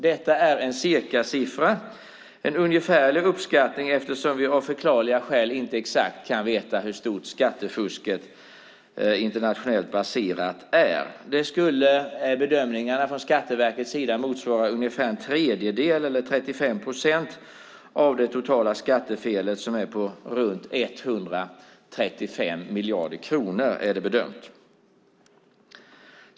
Detta är en cirkasiffra, en ungefärlig uppskattning, eftersom vi av förklarliga skäl inte exakt kan veta hur stort det internationellt baserade skattefusket är. Det skulle enligt bedömningarna från Skattverkets sida motsvara ungefär en tredjedel eller 35 procent av det totala skattefelet som är på runt 135 miljarder kronor.